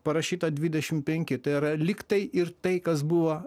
parašyta dvidešim penki tai yra lyg tai ir tai kas buvo